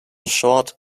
short